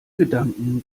gedanken